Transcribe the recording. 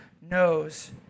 knows